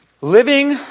living